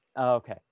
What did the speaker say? Okay